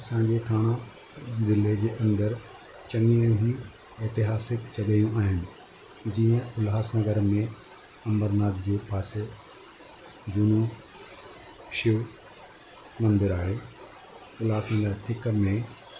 असांजे थाणा ज़िले जे अंदरु चङी अहिड़ी ऐतेहासिक जॻहियूं आहिनि जीअं उल्हासनगर में अंबरनाथ जे पासे झूनो शिव मंदरु आहे उल्हासनगर हिकु में